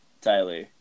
tyler